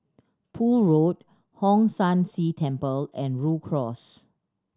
Poole Road Hong San See Temple and Rhu Cross